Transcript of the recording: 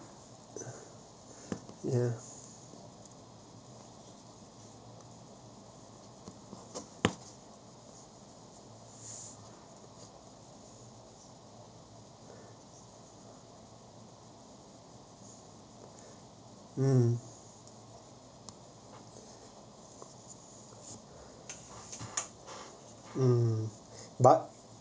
ya uh uh but